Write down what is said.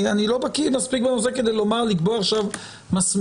אני לא בקי או מספיק מנוסה כדי לקבוע עכשיו מסמרות.